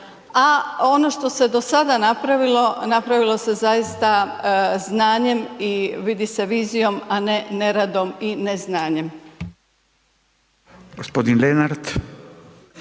a ono što se do sada napravilo, napravilo se zaista znanjem i vidi se vizijom, a ne neradom i neznanjem.